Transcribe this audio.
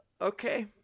Okay